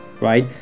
right